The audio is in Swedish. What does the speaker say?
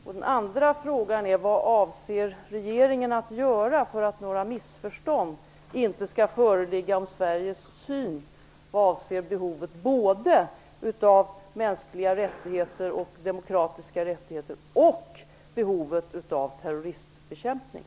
Min andra fråga är: Vad avser regeringen att göra för att inga missförstånd skall föreligga om Sveriges syn med avseende på behovet både av mänskliga och demokratiska rättigheter och av terroristbekämpning?